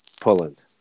Poland